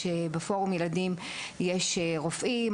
בפורום ילדים יש רופאים,